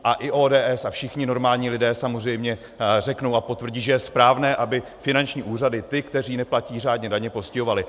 A i ODS a všichni normální lidé samozřejmě řeknou a potvrdí, že je správné, aby finanční úřady ty, kteří neplatí řádně daně, postihovaly.